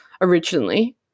originally